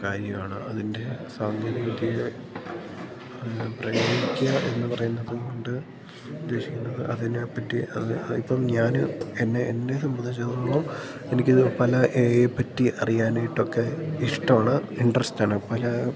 കാര്യമാണ് അതിൻ്റെ സാങ്കേതികവിദ്യ പ്രയോഗിക്കുക എന്ന് പറയുന്നത് കൊണ്ട് ഉദ്ദേശിക്കുന്നത് അതിനെപ്പറ്റി അത് ഇപ്പം ഞാൻ എന്നെ എന്നെ സംബന്ധിച്ചിടത്തോളം എനിക്കിത് പല ഏ അയ് യെ പറ്റി അറിയാനായിട്ടൊക്കെ ഇഷ്ടമാണ് ഇൻട്രസ്റ്റ് ആണ് പല